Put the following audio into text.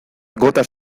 gotas